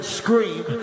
scream